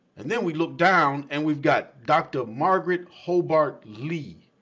and then we look down and we've got dr. margaret hobart li,